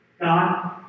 God